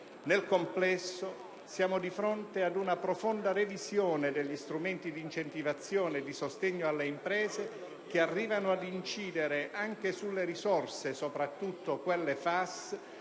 Nel complesso, siamo di fronte ad una profonda revisione degli strumenti di incentivazione e di sostegno alle imprese che arrivano ad incidere anche sulle risorse, soprattutto quelle del